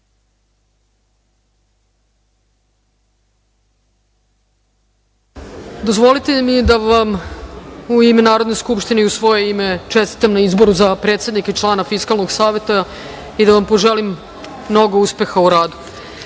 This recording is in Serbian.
zakletve. Dozvolite mi da vam, u ime Narodne skupštine i u svoje ime, čestitam na izboru za predsednika i člana Fiskalnog saveta i da vam poželim mnogo uspeha u radu. Pošto